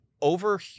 Over